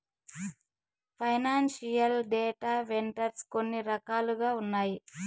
financial data vendors కొన్ని రకాలుగా ఉన్నాయి